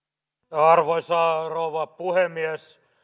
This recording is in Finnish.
arvoisa rouva puhemies